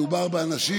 מדובר באנשים